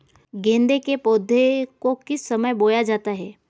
गेंदे के पौधे को किस समय बोया जाता है?